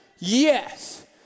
Yes